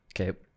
okay